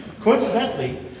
Coincidentally